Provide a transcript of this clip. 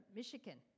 Michigan 。